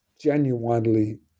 genuinely